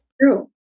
True